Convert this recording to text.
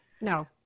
No